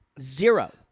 Zero